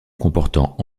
comportant